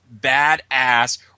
badass